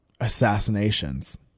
assassinations